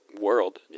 world